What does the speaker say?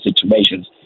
situations